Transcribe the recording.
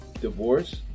divorce